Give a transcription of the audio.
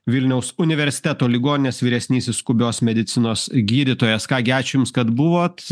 vilniaus universiteto ligoninės vyresnysis skubios medicinos gydytojas ką gi ačiū jums kad buvot